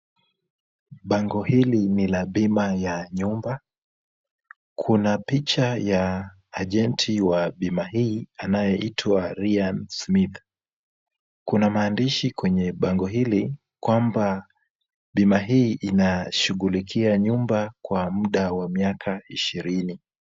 Bango hili ni la bima ya nyumba. Kuna picha ya agenti wa bima hii anayeitwa Real Smith. Kuna maandishi kwenye bango hili kwamba bima hii inashughulikia nyumba kwa muda wa miaka ishirini.